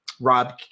Rob